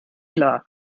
klar